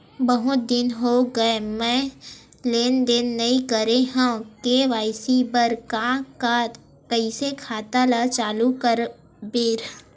बहुत दिन हो गए मैं लेनदेन नई करे हाव के.वाई.सी बर का का कइसे खाता ला चालू करेबर?